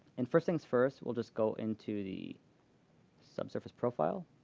and first thing's first. we'll just go into the subsurface profile.